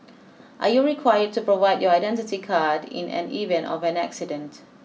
are you required to provide your identity card in an event of an accident